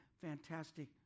fantastic